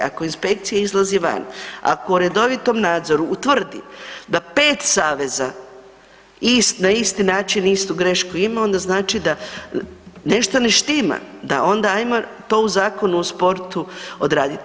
Ako inspekcija izlazi van, ako u redovitom nadzoru utvrdi da 5 saveza na isti način istu grešku ima onda znači da nešto ne štima, da onda ajmo to u Zakonu o sportu odraditi.